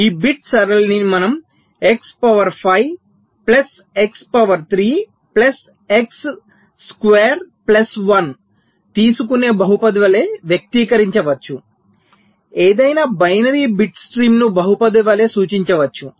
ఈ బిట్ సరళిని మనం x power 5 plus x power 3 plus x square plus 1 తీసుకునే బహుపది వలె వ్యక్తీకరించవచ్చు ఏదైనా బైనరీ బిట్ స్ట్రీమ్ను బహుపది వలె సూచించవచ్చు